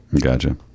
Gotcha